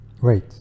Wait